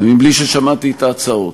ומבלי ששמעתי את ההצעות.